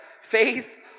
Faith